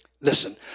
Listen